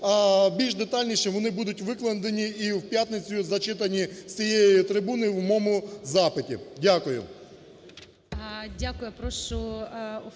більш детальніше вони будуть викладені і в п'ятницю зачитані з цієї трибуни в моєму запиті. Дякую.